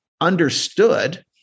understood